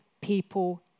people